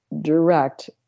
direct